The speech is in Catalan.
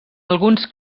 alguns